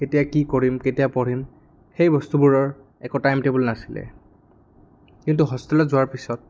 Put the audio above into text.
কেতিয়া কি কৰিম কেতিয়া পঢ়িম সেই বস্তুবোৰৰ একো টাইম টেবুল নাছিলে কিন্তু হোষ্টেলত যোৱাৰ পিছত